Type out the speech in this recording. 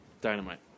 Dynamite